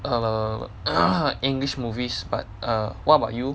err english movies but err what about you